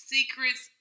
Secrets